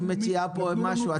היא מציעה פה משהו.